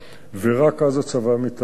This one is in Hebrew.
ורק אז הצבא מתערב.